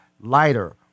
Lighter